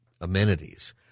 amenities